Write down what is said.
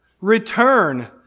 Return